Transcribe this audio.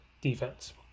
defense